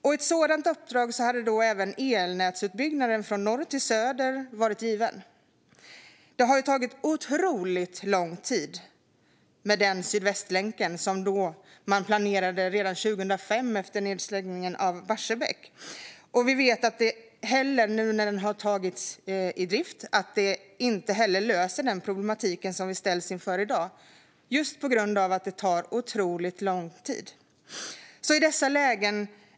Med ett sådant uppdrag hade även elnätsutbyggnaden från norr till söder varit given. Det har tagit otroligt lång tid att bygga Sydvästlänken, som man planerade redan 2005 efter nedstängningen av Barsebäck. Nu när den har tagits i drift vet vi att det inte heller är en lösning på den problematik som vi ställs inför i dag, just på grund av att det tar otroligt lång tid att bygga.